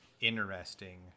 interesting